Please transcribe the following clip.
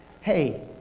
hey